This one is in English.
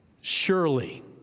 Surely